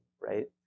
right